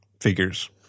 Figures